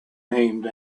named